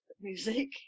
music